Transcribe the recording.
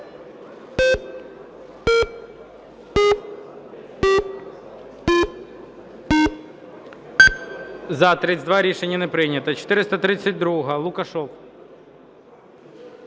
За-32 Рішення не прийнято. 432, Лукашев.